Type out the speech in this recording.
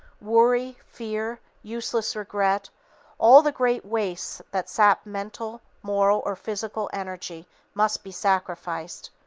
worry, fear, useless regret all the great wastes that sap mental, moral or physical energy must be sacrificed,